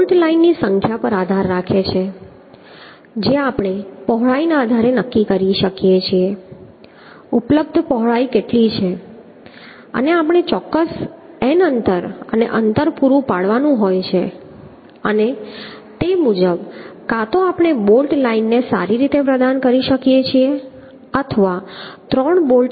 આ બોલ્ટ લાઇનની સંખ્યા પર આધાર રાખે છે જે આપણે આ પહોળાઈના આધારે નક્કી કરી શકીએ છીએ ઉપલબ્ધ પહોળાઈ કેટલી છે અને આપણે ચોક્કસ n અંતર અને અંતર પૂરું પાડવાનું હોય છે અને તે મુજબ કાં તો આપણે બોલ્ટ લાઇનને સારી પ્રદાન કરી શકીએ છીએ અથવા 3